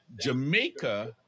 Jamaica